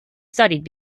studied